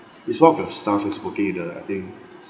he's one of the staffs who's working in uh I think